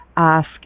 ask